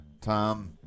Tom